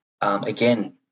again